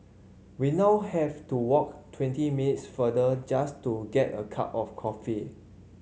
we now have to walk twenty minutes further just to get a cup of coffee